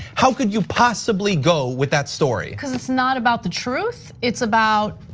how could you possibly go with that story? cuz it's not about the truth. it's about,